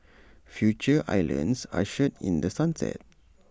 Future islands ushered in the sunset